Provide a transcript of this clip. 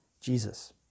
Jesus